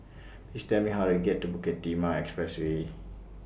Please Tell Me How to get to Bukit Timah Expressway